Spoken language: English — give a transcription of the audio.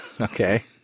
Okay